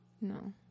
No